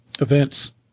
events